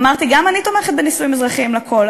אמרתי: גם אני תומכת בנישואים אזרחיים לכול,